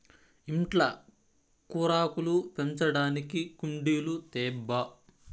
ఇంట్ల కూరాకులు పెంచడానికి కుండీలు తేబ్బా